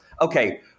okay